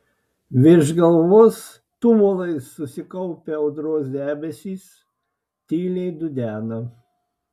virš galvos tumulais susikaupę audros debesys tyliai dudena